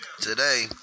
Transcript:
today